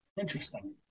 interesting